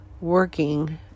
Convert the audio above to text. working